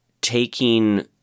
taking